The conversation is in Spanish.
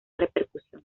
repercusión